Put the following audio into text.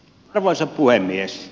arvoisa puhemies